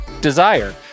Desire